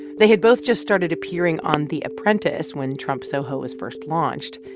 they had both just started appearing on the apprentice when trump soho was first launched.